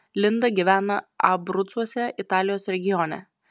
linda gyvena abrucuose italijos regione